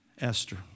Esther